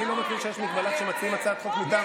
אני לא מכיר שיש הגבלה כשמציעים הצעת חוק מטעם ועדה.